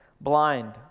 blind